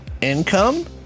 income